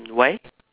why